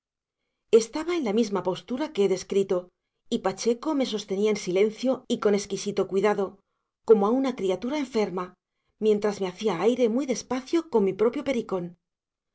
estaba en la misma postura que he descrito y pacheco me sostenía en silencio y con exquisito cuidado como a una criatura enferma mientras me hacía aire muy despacio con mi propio pericón